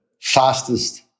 fastest